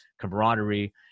camaraderie